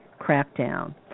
crackdown